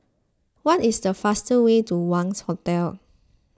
what is the fastest way to Wangz Hotel